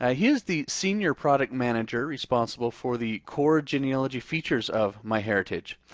ah he's the senior product manager responsible for the core genealogy features of myheritage,